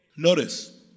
Notice